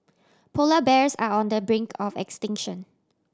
polar bears are on the brink of extinction